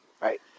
right